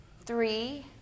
three